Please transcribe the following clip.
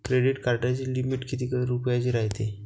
Credit कार्डाची limit कितीक रुपयाची रायते?